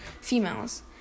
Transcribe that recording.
females